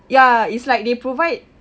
ya it's like they provide